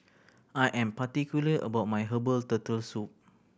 I am particular about my herbal Turtle Soup